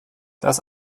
das